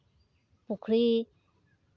ᱯᱩᱠᱷᱨᱤ